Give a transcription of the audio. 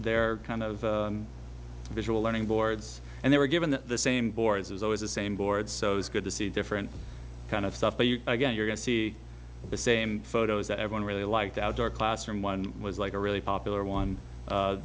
they're kind of visual learning boards and they were given the same boards as always the same board so it was good to see different kind of stuff but again you're going to see the same photos that everyone really liked outdoor classroom one was like a really popular one